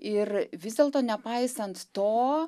ir vis dėlto nepaisant to